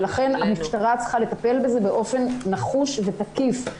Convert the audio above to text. לכן המשטרה צריכה לטפל בזה באופן נחוש ותקיף.